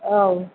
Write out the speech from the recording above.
औ